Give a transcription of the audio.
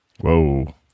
Whoa